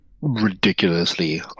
ridiculously